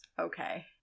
okay